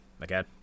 again